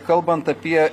kalbant apie